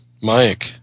Mike